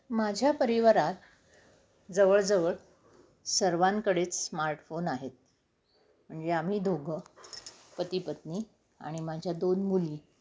माझ्या परिवारात जवळजवळ सर्वांकडेच स्मार्टफोन आहेत म्हणजे आम्ही दोघं पतीपत्नी आणि माझ्या दोन मुली